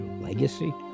legacy